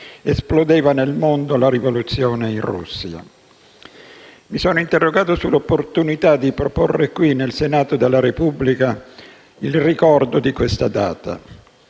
esplodeva nel mondo la rivoluzione in Russia. Mi sono interrogato sull'opportunità di proporre qui, nel Senato della Repubblica, il ricordo di questa data;